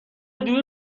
دور